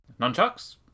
Nunchucks